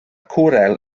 cwrel